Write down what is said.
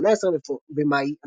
18 במאי 2017